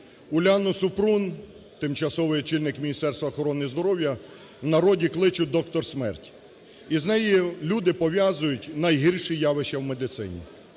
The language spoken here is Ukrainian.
Уляну Супрун, тимчасовий очільник Міністерства охорони здоров'я, в народі кличуть "Доктор смерть". Із нею люди пов'язують найгірші явища в медицині.